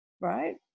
right